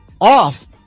off